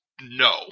no